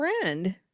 friend